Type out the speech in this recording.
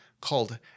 called